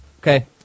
Okay